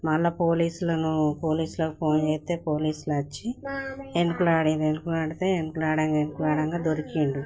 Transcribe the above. మళ్ళీ పోలీసులను పోలీసులకు ఫోన్ చేస్తే పోలీసులు వచ్చి వెతికారు వెతికితే వెతుకగా వెతుకగా దొరికాడు